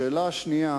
השאלה השנייה